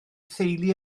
theulu